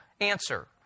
answer